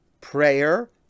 prayer